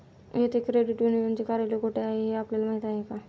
येथे क्रेडिट युनियनचे कार्यालय कोठे आहे हे आपल्याला माहित आहे का?